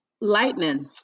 Lightning